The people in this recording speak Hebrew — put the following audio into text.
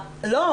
לא,